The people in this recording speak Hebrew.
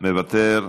מוותר,